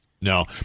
No